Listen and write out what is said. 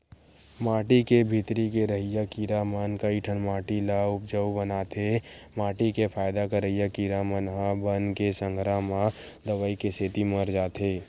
माटी के भीतरी के रहइया कीरा म कइठन माटी ल उपजउ बनाथे माटी के फायदा करइया कीरा मन ह बन के संघरा म दवई के सेती मर जाथे